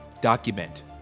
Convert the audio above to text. document